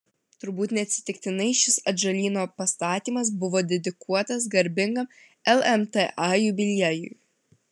turbūt neatsitiktinai šis atžalyno pastatymas buvo dedikuotas garbingam lmta jubiliejui